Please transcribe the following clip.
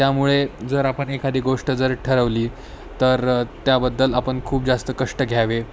त्यामुळे जर आपण एखादी गोष्ट जर ठरवली तर त्याबद्दल आपण खूप जास्त कष्ट घ्यावे